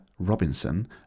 robinson